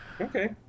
Okay